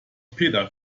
peter